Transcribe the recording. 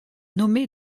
nommée